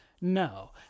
No